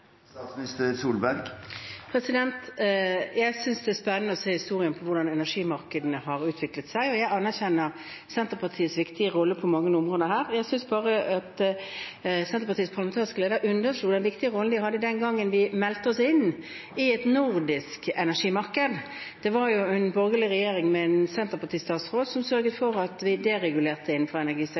Jeg synes det er spennende å se i historien hvordan energimarkedene har utviklet seg. Jeg anerkjenner Senterpartiets viktige rolle på mange områder her. Jeg synes bare at Senterpartiets parlamentariske leder underslo den viktige rollen de hadde den gangen vi meldte oss inn i et nordisk energimarked. Det var en borgerlig regjering med en Senterparti-statsråd som sørget for at vi deregulerte innenfor